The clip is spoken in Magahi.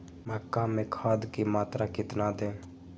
मक्का में खाद की मात्रा कितना दे?